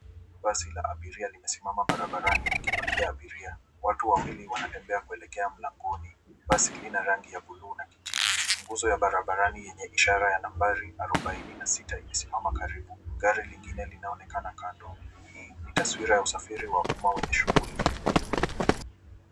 Basi la abiria limesimama barabarani likipakia abiria. Watu wawili wanatembea kuelekea mlangoni. Basi li na rangi ya blue na kijivu. Nguzo ya barabarani yenye ishara ya nambari 46 imesimama karibu. Gari lingine linaonekana kando. Hii ni taswira ya usafiri wa uma wenye shughuli.